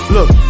Look